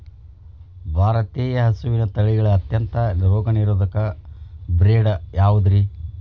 ಭಾರತೇಯ ಹಸುವಿನ ತಳಿಗಳ ಅತ್ಯಂತ ರೋಗನಿರೋಧಕ ಬ್ರೇಡ್ ಯಾವುದ್ರಿ?